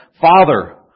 Father